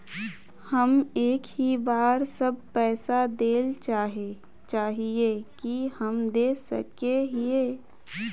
हम एक ही बार सब पैसा देल चाहे हिये की हम दे सके हीये?